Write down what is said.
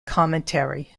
commentary